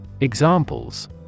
Examples